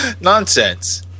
Nonsense